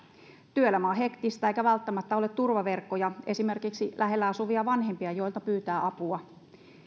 työelämä on hektistä eikä välttämättä ole turvaverkkoja esimerkiksi lähellä asuvia vanhempia joilta pyytää apua